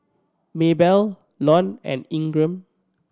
Maybell Lon and Ingram